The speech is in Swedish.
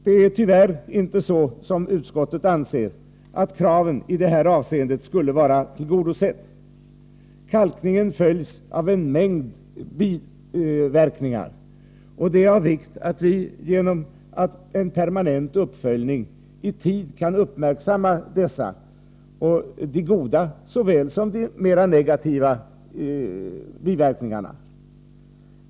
Det är tyvärr inte som utskottet anser att kravet i det här avseendet skulle vara tillgodosett. Kalkningen följs av en mängd biverkningar, och det är av vikt att vi genom permanent uppföljning i tid kan uppmärksamma dessa — de goda såväl som de mer negativa biverkningarna.